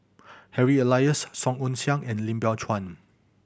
Harry Elias Song Ong Siang and Lim Biow Chuan